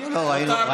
נתון, מותר להם.